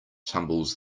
tumbles